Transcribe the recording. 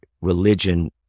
religion